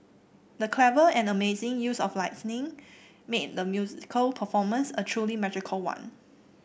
the clever and amazing use of lighting made the musical performance a truly magical one